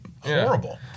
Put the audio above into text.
horrible